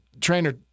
trainer